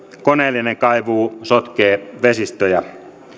koneellinen kaivuu sotkee vesistöjä